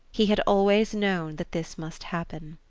he had always known that this must happen.